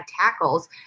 tackles